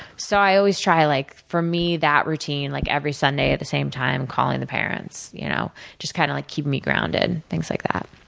so, i always try to like for me, that routine. like every sunday, at the same time calling the parents. you know just kind of like keeping me grounded, things like that.